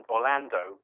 Orlando